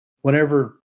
whenever